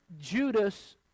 Judas